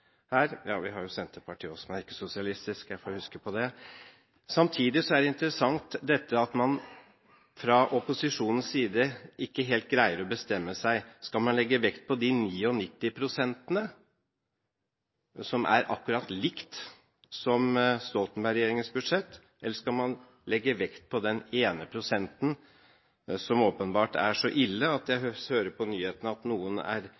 her – ja, vi har Senterpartiet som også er ikke-sosialistisk, jeg får huske på det. Samtidig er det interessant at man fra opposisjonens side ikke helt greier å bestemme seg. Skal man legge vekt på de 99 prosentene, som er akkurat like som i Stoltenberg-regjeringens budsjett, eller skal man legge vekt på den ene prosenten, som åpenbart er så ille at noen er